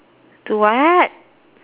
to what